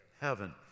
heaven